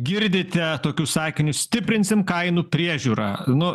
girdite tokius sakinius stiprinsim kainų priežiūrą nu